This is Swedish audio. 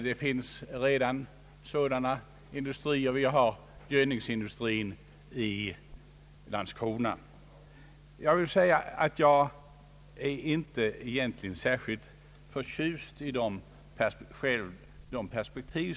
Där finns redan sådana industrier, t.ex. gödningsindustrin i Landskrona. Jag är egentligen inte själv särskilt förtjust i dessa perspektiv.